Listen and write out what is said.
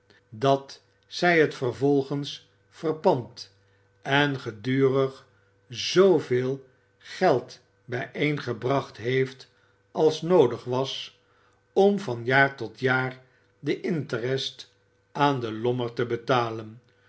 dat zij het vervolgens verpand en gedurig zooveel geld bijeengebracht heeft als noodig was om van jaar tot jaar den intrest aan den lommerd te betalen